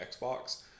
xbox